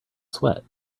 sweat